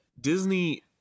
Disney